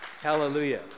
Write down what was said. hallelujah